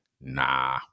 Nah